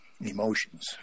emotions